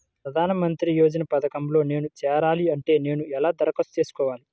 ప్రధాన మంత్రి యోజన పథకంలో నేను చేరాలి అంటే నేను ఎలా దరఖాస్తు చేసుకోవాలి?